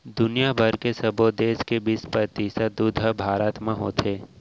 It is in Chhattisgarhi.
दुनिया भर के सबो देस के बीस परतिसत दूद ह भारत म होथे